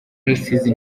rusizi